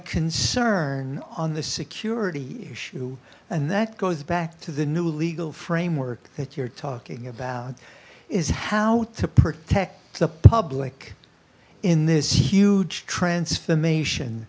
concern on the security issue and that goes back to the new legal framework that you're talking about is how to protect the public in this huge transformation